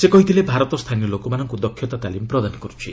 ସେ କହିଛନ୍ତି ଭାରତ ସ୍ଥାନୀୟ ଲୋକମାନଙ୍କୁ ଦକ୍ଷତା ତାଲିମ୍ ପ୍ରଦାନ କରୁଛି